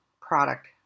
product